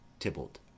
Tybalt